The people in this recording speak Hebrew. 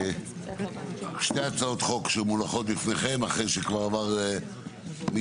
שתי הצעות חוק שמונחות בפניכם אחרי שכבר מיזוג